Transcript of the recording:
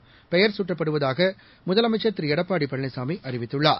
ஐயலிலிதா பெயர் சூட்டப்படுவதாகமுதலமைச்சர் திருளடப்பாடிபழனிசாமிஅறிவித்துள்ளார்